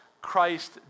Christ